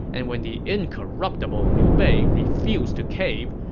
and when the incorruptible liu bei refused to cave,